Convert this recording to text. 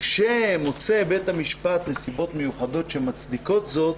כשמוצא בית המשפט נסיבות מיוחדות שמצדיקות זאת,